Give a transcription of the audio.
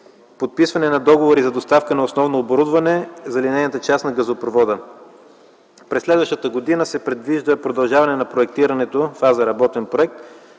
подписване на договори за доставка на основно оборудване за линейната част на газопровода. През следващата година се предвижда продължаване на проектирането, фаза работен проект,